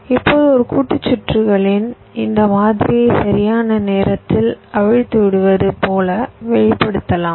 இப்போது ஒரு கூட்டு சுற்றுகளின் இந்த மாதிரியை சரியான நேரத்தில் அவிழ்த்து விடுவது போல் வெளிப்படுத்தலாம்